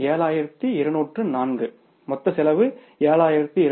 7204 மொத்த செலவு 7204